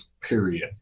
period